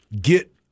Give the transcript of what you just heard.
get